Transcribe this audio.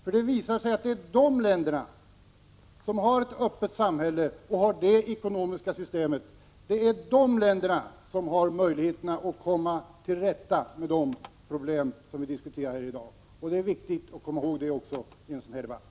Det visar sig nämligen att det är de länder som har ett öppet samhälle och en öppen marknadsekonomi som har möjligheter att komma till rätta med de problem som vi diskuterar i dag. Det är viktigt att komma ihåg detta i en sådan här debatt.